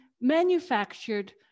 manufactured